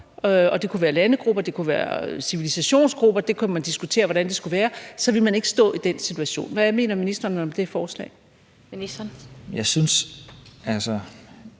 det kunne være landegrupper, det kunne være civilisationsgrupper; man kunne diskutere, hvordan det skulle være – så ville man ikke have stået i den situation. Hvad mener ministeren om det forslag?